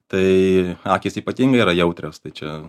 tai akys ypatingai yra jautrios tai čia